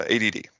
ADD